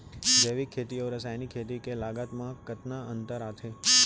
जैविक खेती अऊ रसायनिक खेती के लागत मा कतना अंतर आथे?